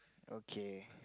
okay